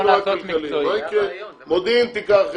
מודיעין תיקח,